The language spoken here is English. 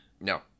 No